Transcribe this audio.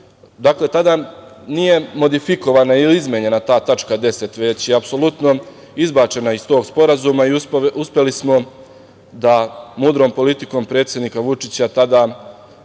tada nije modifikovana ili izmenjena ta tačka 10. već je apsolutno izbačena iz tog sporazuma i uspeli smo da mudrom politikom predsednika Vučića, tada